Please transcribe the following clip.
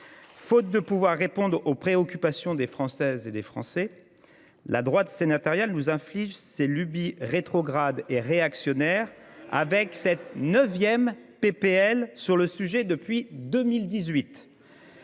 Faute de pouvoir répondre aux préoccupations des Françaises et des Français, la droite sénatoriale nous inflige ses lubies rétrogrades et réactionnaires avec cette neuvième proposition de loi sur le sujet depuis 2018.